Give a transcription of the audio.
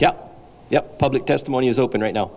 yep yep public testimony is open right